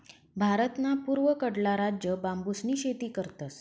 भारतना पूर्वकडला राज्य बांबूसनी शेती करतस